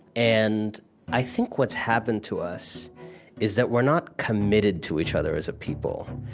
and i think what's happened to us is that we're not committed to each other as a people,